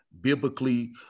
biblically